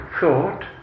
thought